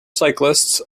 cyclists